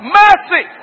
mercy